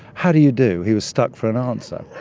how do you do he was stuck for an answer.